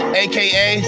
aka